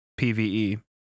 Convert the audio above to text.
PVE